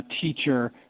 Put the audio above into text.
teacher